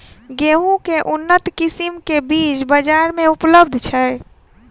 गेंहूँ केँ के उन्नत किसिम केँ बीज बजार मे उपलब्ध छैय?